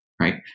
Right